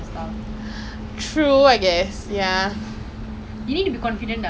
I really hope lah like தெரிலே:therile lah எல்லாம் கடவுள் கிட்டைதான் இருக்கு:ellam kadavul kitteithaan irukku